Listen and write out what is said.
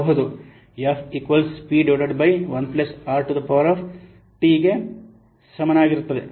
F P by 1 plus R to the power T by 1 plus r to the power t ಸಮನಾಗಿರುತ್ತದೆ